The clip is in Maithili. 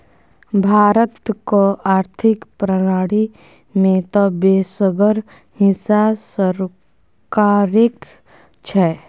भारतक आर्थिक प्रणाली मे तँ बेसगर हिस्सा सरकारेक छै